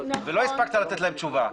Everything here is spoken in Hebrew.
ולא הספקת לתת להם תשובה.